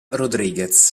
rodríguez